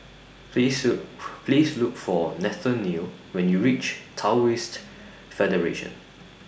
Please Look Please Look For Nathanael when YOU REACH Taoist Federation